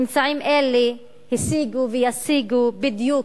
אמצעים אלה השיגו וישיגו בדיוק,